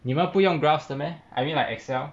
你们不用 graphs 的 meh I mean like excel